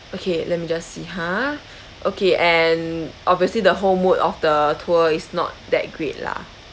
okay let me just see ha okay and obviously the whole mood of the tour is not that great lah